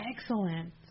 excellent